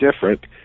different